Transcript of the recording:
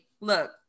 look